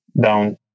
down